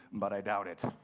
but i doubt it.